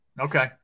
Okay